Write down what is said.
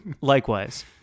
likewise